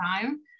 time